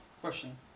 Question